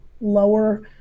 lower